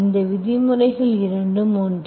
இந்த விதிமுறைகள் இரண்டும் ஒன்றே